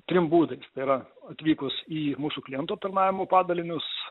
trim būdais tai yra atvykus į mūsų klientų aptarnavimo padalinius